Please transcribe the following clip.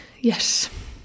Yes